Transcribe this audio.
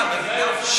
ששש.